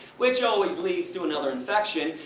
which always leads to another infection.